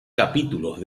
capítulos